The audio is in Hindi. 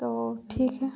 तो ठीक है